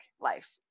Life